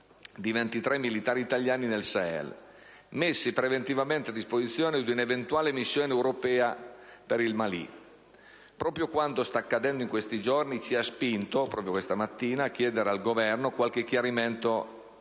di 23 militari italiani nel Sahel, messi preventivamente a disposizione di un'eventuale missione europea per il Mali. Esattamente quanto sta accadendo in questi giorni ci ha spinto proprio questa mattina a chiedere al Governo qualche chiarimento in